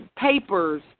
papers